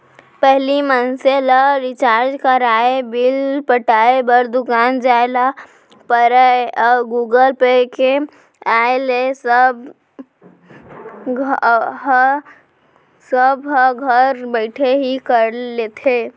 पहिली मनसे ल रिचार्ज कराय, बिल पटाय बर दुकान जाय ल परयए गुगल पे के आय ले ए सब ह घर बइठे ही कर लेथे